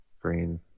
green